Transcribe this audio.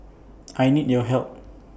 I need your help